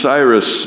Cyrus